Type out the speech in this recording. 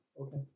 Okay